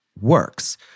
works